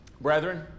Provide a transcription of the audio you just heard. Brethren